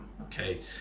okay